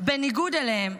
בניגוד להם,